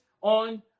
on